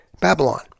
Babylon